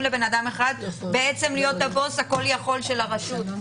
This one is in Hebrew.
לאדם אחד להיות הבוס הכל יכול של הרשות.